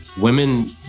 women